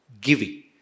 giving